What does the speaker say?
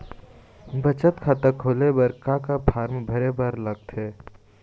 बचत खाता खोले बर का का फॉर्म भरे बार लगथे?